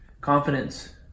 confidence